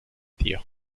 dio